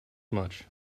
much